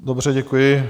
Dobře, děkuji.